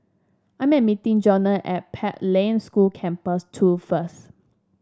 I am meeting Johnnie at Pathlight School Campus Two first